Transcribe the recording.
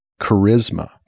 charisma